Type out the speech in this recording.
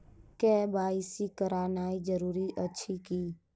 KYC करानाइ जरूरी अछि की?